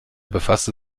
befasste